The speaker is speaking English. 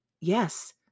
Yes